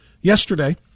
yesterday